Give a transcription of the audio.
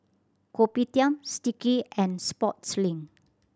Kopitiam Sticky and Sportslink